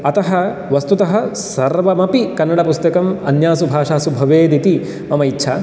अतः वस्तुतः सर्वमपि कन्नडपुस्तकम् अन्यासु भाषासु भवेदिति मम इच्छा